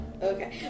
Okay